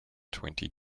twenty